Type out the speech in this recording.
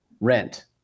Rent